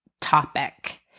topic